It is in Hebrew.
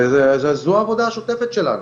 זו העבודה השוטפת שלנו.